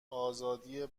آزادی